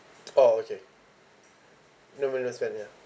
oh okay no minimum spend ya